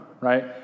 right